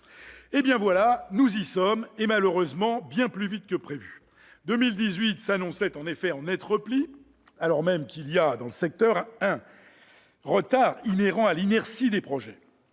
Eh bien voilà, nous y sommes, et malheureusement bien plus vite que prévu ! L'année 2018 s'annonçait en effet en net repli, alors même qu'il y a, dans le secteur, un retard inhérent à l'inertie des projets.